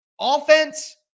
Offense